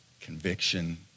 conviction